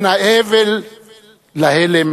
בין האבל להלם,